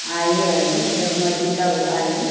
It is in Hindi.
आइए आइए जब मर्जी तब आइए